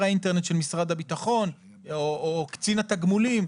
האינטרנט של משרד הביטחון או קצין התגמולים,